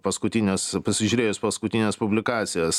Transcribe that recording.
paskutines pasižiūrėjus paskutines publikacijas